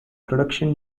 production